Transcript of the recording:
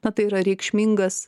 na tai yra reikšmingas